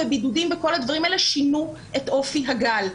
בידודים וכל הדברים האלה שינו את אופי הגל.